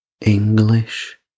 English